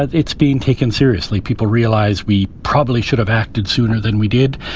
it's being taken seriously. people realize we probably should have acted sooner than we did.